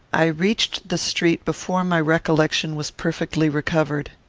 i reached the street before my recollection was perfectly recovered.